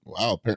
wow